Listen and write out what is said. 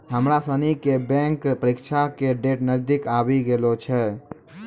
हमरा सनी के बैंक परीक्षा के डेट नजदीक आवी गेलो छै